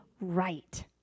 right